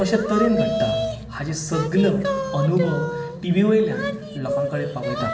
कशे तरेन घडटा हाची सगळी अनुभव टीवी वयल्यान लोकां कडेन पावयता